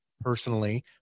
personally